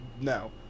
No